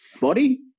body